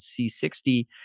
C60